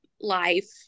life